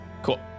Cool